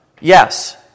Yes